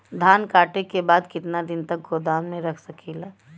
धान कांटेके बाद कितना दिन तक गोदाम में रख सकीला?